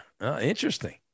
Interesting